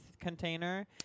container